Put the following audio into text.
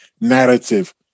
narrative